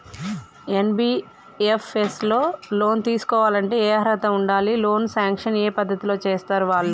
NBFS లో loan తీస్కోవాలంటే ఏం అర్హత ఉండాలి? లోన్ సాంక్షన్ ఏ పద్ధతి లో చేస్తరు వాళ్లు?